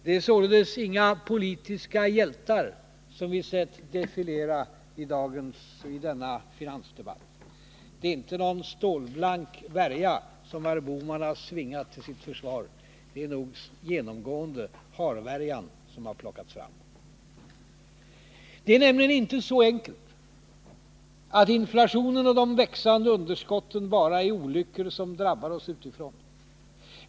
Det är således inga politiska hjältar som vi sett defilera i denna finansdebatt. Det är inte någon stålblank värja som herr Bohman har svingat till sitt försvar. Det är genomgående harvärjan som har plockats fram. Det är nämligen inte så enkelt att inflationen och de växande underskotten bara är olyckor som drabbar oss utifrån.